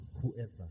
whoever